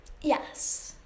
Yes